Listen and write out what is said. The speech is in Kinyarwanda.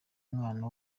mwana